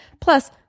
Plus